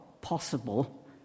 possible